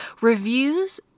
Reviews